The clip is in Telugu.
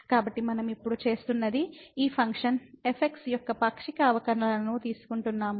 కాబట్టి మనం ఇప్పుడు చేస్తున్నది ఈ ఫంక్షన్ fx యొక్క పాక్షిక అవకలనాలను తీసుకుంటున్నాము